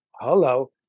hello